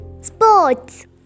Sports